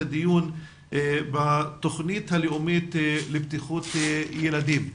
הדיון בתוכנית הלאומית לבטיחות ילדים,